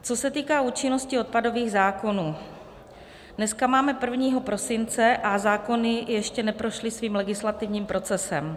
Co se týká účinnosti odpadových zákonů, dneska máme 1. prosince a zákony ještě neprošly svým legislativním procesem.